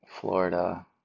Florida